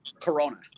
Corona